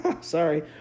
Sorry